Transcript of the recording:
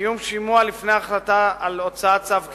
קיום שימוע לפני החלטה על הוצאת צו כליאה,